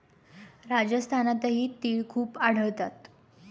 राजस्थानातही तिळ खूप आढळतात